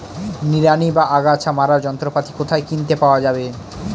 নিড়ানি বা আগাছা মারার যন্ত্রপাতি কোথায় কিনতে পাওয়া যাবে?